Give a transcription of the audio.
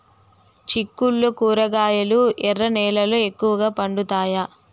చిక్కుళ్లు కూరగాయలు ఎర్ర నేలల్లో ఎక్కువగా పండుతాయా